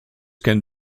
can